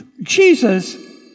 Jesus